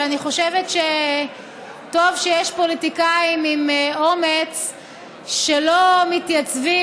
ואני חושבת שטוב שיש פוליטיקאים עם אומץ שלא מתייצבים